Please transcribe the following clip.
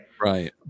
Right